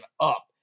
up